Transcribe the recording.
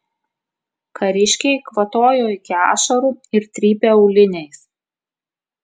kariškiai kvatojo iki ašarų ir trypė auliniais